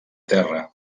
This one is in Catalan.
terra